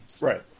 Right